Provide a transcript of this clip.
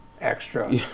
extra